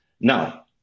Now